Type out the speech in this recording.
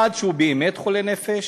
אחד שהוא באמת חולה נפש,